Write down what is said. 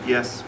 Yes